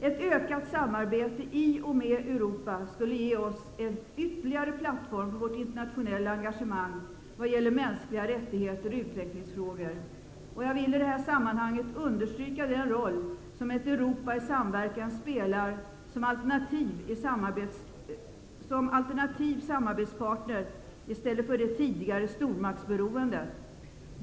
Ett ökat samarbete i och med Europa skulle ge oss en ytterligare plattform för vårt internationella engagemang vad gäller mänskliga rättigheter och utvecklingsfrågor. Jag vill i detta sammanhang understryka den roll som ett Europa i samverkan spelar som alternativ samarbetspartner i stället för det tidigare stormaktsberoendet.